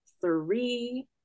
three